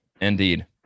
indeed